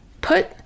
put